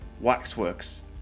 waxworks